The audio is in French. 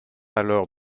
alors